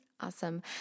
Awesome